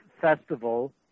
festival